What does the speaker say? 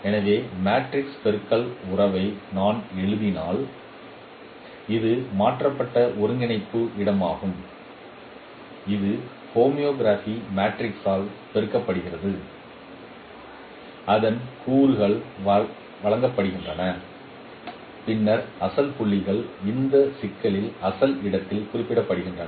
எனவே மேட்ரிக்ஸ் பெருக்கல் உறவை நான் எழுதினால் இது மாற்றப்பட்ட ஒருங்கிணைப்பு இடமாகும் இது ஹோமோகிராபி மேட்ரிக்ஸால் பெருக்கப்படுகிறது அதன் கூறுகள் வழங்கப்படுகின்றன பின்னர் அசல் புள்ளிகள் இந்த சிக்கலில் அசல் இடத்தில் குறிப்பிடப்படுகின்றன